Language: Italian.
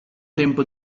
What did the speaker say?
tempo